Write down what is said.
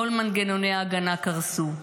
כל מנגנוני ההגנה קרסו.